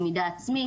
למידה עצמית,